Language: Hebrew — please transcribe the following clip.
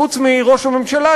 חוץ מראש הממשלה,